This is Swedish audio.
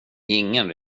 ingen